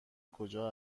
کجا